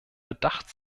bedacht